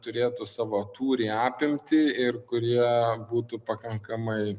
turėtų savo tūrį apimtį ir kurie būtų pakankamai